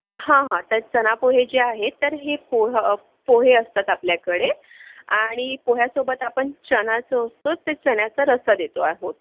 हां हा तर चना पोहे जे आहे तर हे पोल्ह पोहे असतात आपल्याकडे आणि पोह्यासोबत आपण चनाचं असतं त चण्याचं रस्सा देतो आहोत